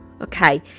okay